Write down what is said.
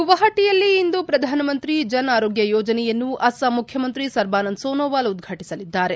ಗುವಾಪಟಿಯಲ್ಲಿ ಇಂದು ಪ್ರಧಾನ ಮಂತ್ರಿ ಜನ್ ಆರೋಗ್ಯ ಯೋಜನೆಯನ್ನು ಅಸ್ಲಾಂ ಮುಖ್ಯಮಂತ್ರಿ ಸರ್ಬಾನಂದ್ ಸೋನೊವಾಲ್ ಉದ್ವಾಟಿಸಲಿದ್ದಾರೆ